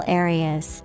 areas